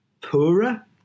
poorer